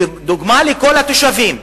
דוגמה לכל התושבים: